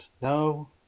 no